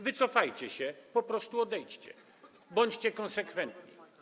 Wycofajcie się, po prostu odejdźcie, bądźcie konsekwentni.